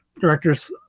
director's